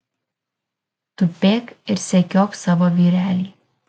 tupėk ir sekiok savo vyrelį